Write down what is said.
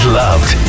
loved